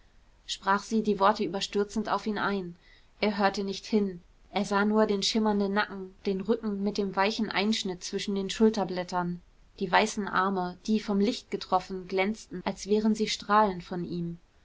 sprach sie die worte überstürzend auf ihn ein er hörte nicht hin er sah nur den schimmernden nacken den rücken mit dem weichen einschnitt zwischen den schulterblättern die weißen arme die vom licht getroffen glänzten als wären sie strahlen von ihm